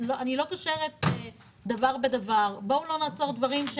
אני לא קושרת דבר בדבר, בואו לא נעצור דברים.